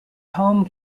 home